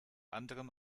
anderem